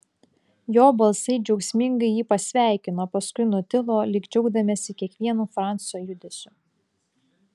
jo balsai džiaugsmingai jį pasveikino paskui nutilo lyg džiaugdamiesi kiekvienu francio judesiu